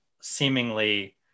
seemingly